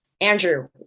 andrew